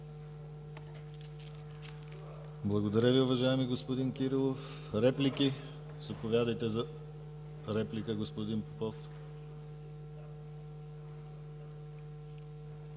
Благодаря Ви, уважаеми господин Кирилов. Реплики? Заповядайте за реплика, господин Попов.